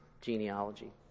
genealogy